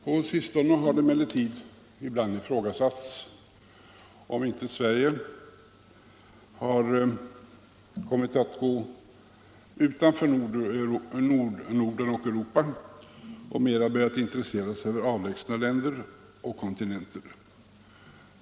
På sistone har det emellertid ibland ifrågasatts om inte Sverige kommit att gå utanför Norden och Europa och mera börjat intressera sig för avlägsna länder och kontinenter.